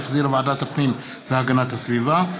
שהחזירה ועדת הפנים והגנת הסביבה,